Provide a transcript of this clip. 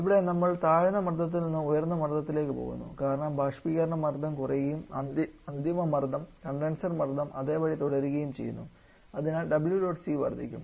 ഇവിടെ നമ്മൾ താഴ്ന്ന മർദ്ദത്തിൽ നിന്ന് ഉയർന്ന മർദ്ദത്തിലേക്ക് പോകുന്നു കാരണം ബാഷ്പീകരണ മർദ്ദം കുറയുകയും അന്തിമ മർദ്ദം കണ്ടൻസർ മർദ്ദം അതേപടി തുടരുകയും ചെയ്യുന്നു അതിനാൽ WdotC വർദ്ധിക്കും